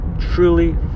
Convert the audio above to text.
truly